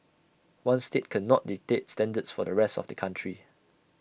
one state cannot dictate standards for the rest of the country